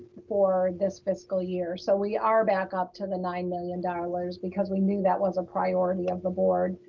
for this fiscal year. so we are back up to the nine million dollars because we knew that was a priority of the board